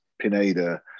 pineda